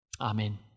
Amen